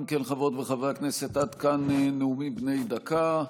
אם כן, חברות וחברי הכנסת, עד כאן נאומים בני דקה.